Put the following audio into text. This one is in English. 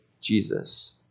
Jesus